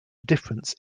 difference